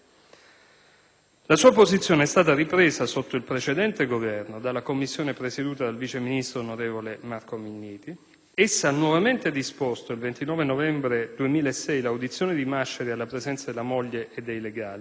La sua posizione è stata ripresa sotto il precedente Governo dalla commissione presieduta dal Vice ministro, onorevole Marco Minniti. Essa ha nuovamente disposto, il 29 novembre 2006, l'audizione di Masciari alla presenza della moglie e dei legali.